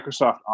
Microsoft